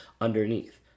underneath